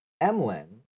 Emlyn